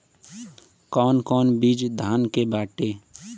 कौन कौन बिज धान के बाटे?